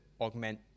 augment